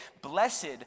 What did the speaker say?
Blessed